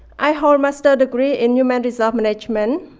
i hold master degree in human resource management,